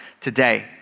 today